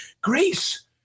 Grace